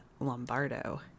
lombardo